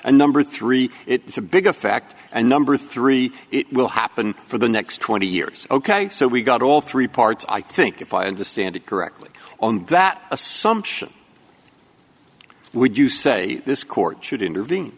a number three it's a big effect and number three it will happen for the next twenty years ok so we've got all three parts i think if i understand it correctly on that assumption would you say this court should intervene